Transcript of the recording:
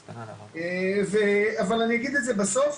אבל אני אגיד את זה בסוף,